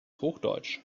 hochdeutsch